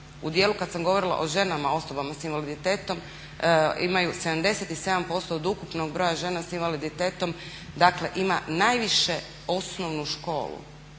U dijelu kad sam govorila o ženama osobama s invaliditetom imaju 77% od ukupnog broja žena s invaliditetom dakle ima najviše osnovnu školu